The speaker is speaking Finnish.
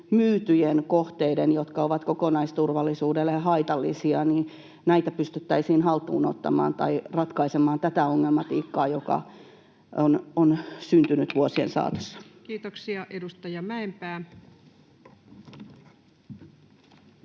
myytyjä kohteita, jotka ovat kokonaisturvallisuudelle haitallisia, pystyttäisiin haltuunottamaan tai ratkaisemaan tätä ongelmatiikkaa, joka on syntynyt vuosien saatossa? Kiitoksia. — Edustaja Mäenpää.